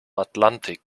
atlantik